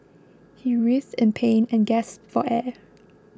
he writhed in pain and gasped for air